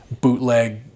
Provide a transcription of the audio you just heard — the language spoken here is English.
bootleg